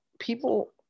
people